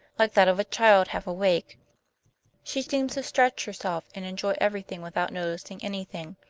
like that of a child half awake she seemed to stretch herself and enjoy everything without noticing anything.